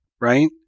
Right